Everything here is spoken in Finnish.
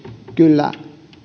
kyllä